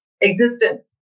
existence